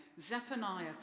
Zephaniah